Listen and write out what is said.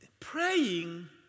Praying